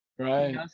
Right